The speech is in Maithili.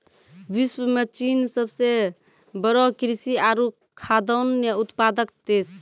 विश्व म चीन सबसें बड़ो कृषि आरु खाद्यान्न उत्पादक देश छिकै